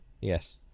Yes